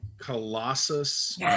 colossus